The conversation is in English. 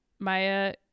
Maya